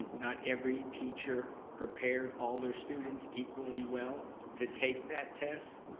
not every teacher prepared all their students equally well to take that test.